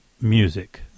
music